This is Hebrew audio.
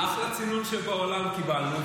אחלה צינון שבעולם קיבלנו,